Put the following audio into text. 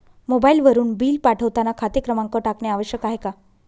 मोबाईलवरून बिल पाठवताना खाते क्रमांक टाकणे आवश्यक आहे का?